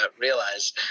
realize